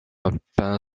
alpin